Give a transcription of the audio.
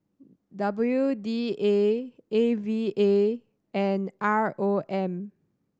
W D A A V A and R O M